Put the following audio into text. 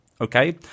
okay